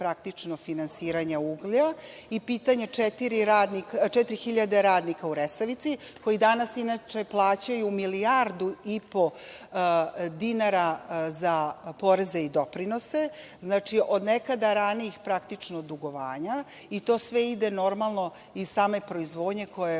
pitanje finansiranja uglja, i pitanja 4.000 radnika u Resavici, koji danas plaćaju milijardu i po dinara za poreze i doprinose. Znači, od nekada ranijih praktično dugovanja i to sve ide normalno iz same proizvodnje koja